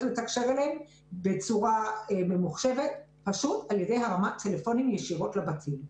לתקשר אתם - פשוט על ידי הרמת טלפונים ישירות לבתים.